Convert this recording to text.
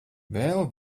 vēl